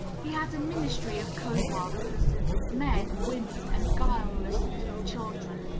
he has a ministry of co-workers men, women, and guileless little children.